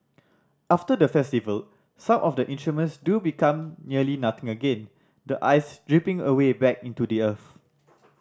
after the festival some of the instruments do become nearly nothing again the ice dripping away back into the earth